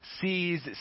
sees